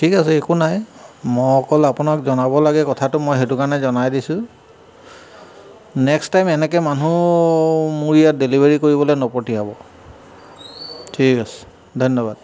ঠিক আছে একো নাই মই অকল আপোনাক জনাব লাগে কথাটো মই সেইটো কাৰণে জনাই দিছো নেক্সট টাইম এনেকৈ মানুহ মোৰ ইয়াত ডেলিভাৰী কৰিবলৈ নপঠিয়াব ঠিক আছে ধন্যবাদ